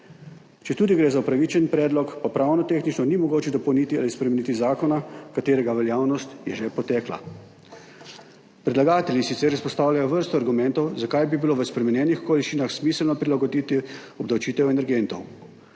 Četudi gre za upravičen predlog, pa pravno tehnično ni mogoče dopolniti ali spremeniti zakona, katerega veljavnost je že potekla. Predlagatelji sicer izpostavljajo vrsto argumentov, zakaj bi bilo v spremenjenih okoliščinah smiselno prilagoditi obdavčitev energentov,